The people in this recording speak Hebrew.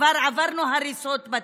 כבר עברנו הריסות בתים,